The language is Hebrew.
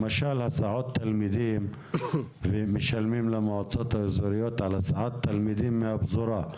למשל הסעת תלמידים משלמים למועצות האזוריות על הסעת תלמידים מהפזורה.